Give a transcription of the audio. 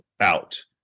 out